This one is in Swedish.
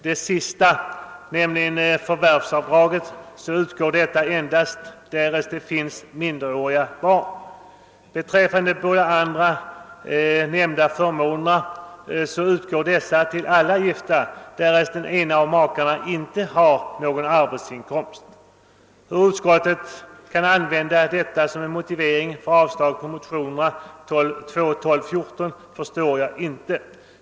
Den sistnämnda förmånen, förvärvsavdraget, utgår endast därest det finns minderåriga barn. De båda andra nämnda förmånerna utgår till alla gifta, därest den ena av makarna inte har någon arbetsinkomst. Hur utskottet kan anföra en sådan motivering som man gjort för avstyrkande av motionen II: 1214 förstår jag inte.